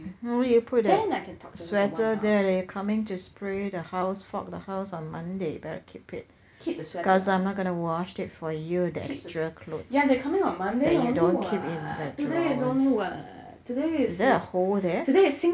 hmm where did you put the sweater there they're coming to spray the house fog the house on monday you better keep it cause I'm not going to wash it for you the extra clothes that you don't keep in the drawers is that a hole there